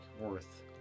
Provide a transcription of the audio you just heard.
worth